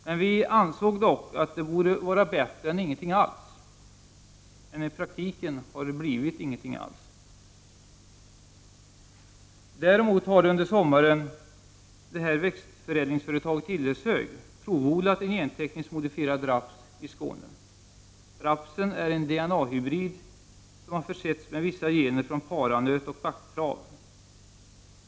Det borde dock vara bättre än inget alls — men i praktiken har det blivit inget alls. Däremot har under sommaren växtförädlingsföretaget Hilleshög provodlat en gentekniskt modifierad raps i Skåne. Rapsen är en DNA-hybrid som har försetts med vissa gener från paranöt och backtrav.